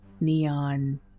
neon